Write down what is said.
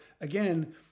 again